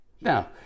now